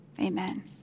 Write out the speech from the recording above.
amen